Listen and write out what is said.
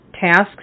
tasks